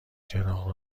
چراغ